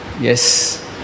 yes